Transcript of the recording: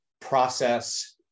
process